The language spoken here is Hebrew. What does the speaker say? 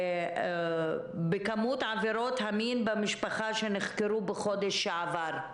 בכמות עבירות המין במשפחה שנחקרו בחודש שעבר.